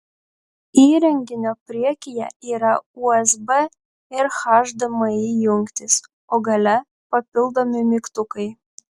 įrenginio priekyje yra usb ir hdmi jungtys o gale papildomi mygtukai